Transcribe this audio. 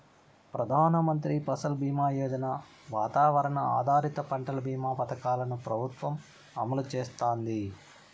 ప్రధాన మంత్రి ఫసల్ బీమా యోజన, వాతావరణ ఆధారిత పంటల భీమా పథకాలను ప్రభుత్వం అమలు చేస్తాంది